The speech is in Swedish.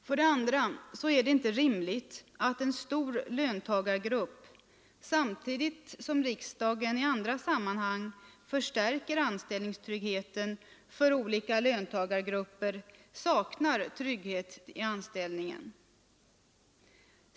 För det andra är det inte rimligt att en stor löntagargrupp, samtidigt som riksdagen i andra sammanhang förstärker anställningstryggheten för olika löntagargrupper, saknar trygghet i anställningen.